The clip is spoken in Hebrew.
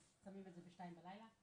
אז שמים את זה שתיים בלילה,